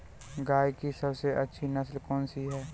गाय की सबसे अच्छी नस्ल कौनसी है?